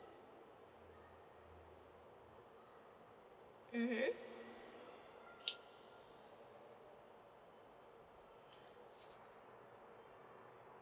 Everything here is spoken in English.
mmhmm